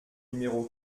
numéro